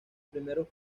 primeros